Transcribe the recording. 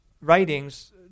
writings